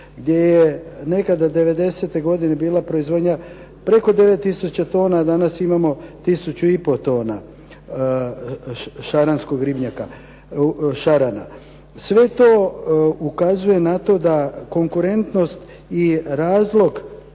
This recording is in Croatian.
gdje je nekada '90. godine bila proizvodnja preko 9 tisuća tona, a danas imamo tisuću i po tona šaranskog ribnjaka, šarana. Sve to ukazuje na to da konkurentnost i razlog